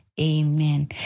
amen